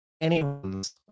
anyone's